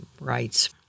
rights